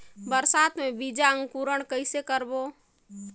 बरसात मे बीजा अंकुरण कइसे करबो?